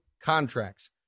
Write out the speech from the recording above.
contracts